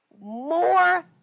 more